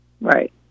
Right